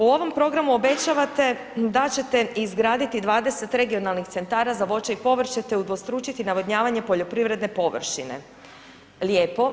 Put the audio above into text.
U ovom programu obećavate da ćete izgraditi 20 regionalnih centara za voće i povrće te udvostručiti navodnjavanje poljoprivredne površine, lijepo.